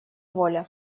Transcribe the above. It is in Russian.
воля